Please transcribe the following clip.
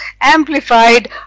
amplified